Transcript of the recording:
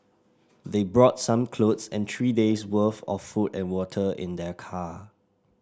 they brought some clothes and three days' worth of food and water in their car